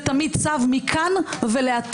זה תמיד צו מכאן ולעתיד.